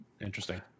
Interesting